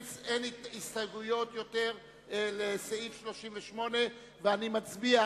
ההסתייגות של קבוצת סיעת קדימה, קבוצת